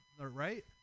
right